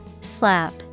Slap